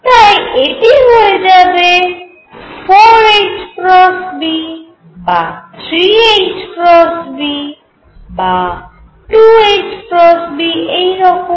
তাই এটি হয়ে যাবে 4 B বা 3 B 2 B এই রকম